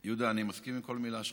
יהודה, אני מסכים עם כל מילה שלך.